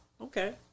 okay